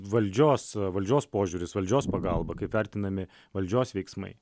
valdžios valdžios požiūris valdžios pagalba kaip vertinami valdžios veiksmai